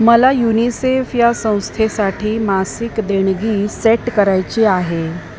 मला युनिसेफ या संस्थेसाठी मासिक देणगी सेट करायची आहे